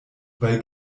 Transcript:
weil